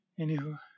Anywho